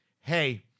Hey